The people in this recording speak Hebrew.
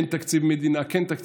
אין תקציב מדינה,